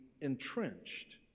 entrenched